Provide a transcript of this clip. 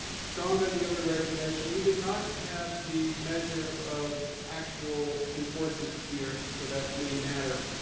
strong gun dealer regulation. we did not have the measure of actual enforcement here, so that may matter.